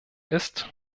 ist